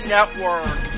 Network